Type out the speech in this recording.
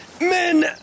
men